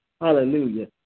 Hallelujah